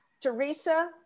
Teresa